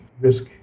risk